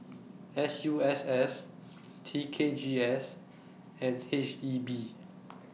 S U S S T K G S and H E B